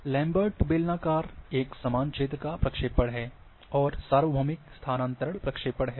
Lambert बेलनाकार एक समान क्षेत्र का प्रक्षेपण हैं और सार्वभौमिक स्थानांतरण प्रक्षेपण है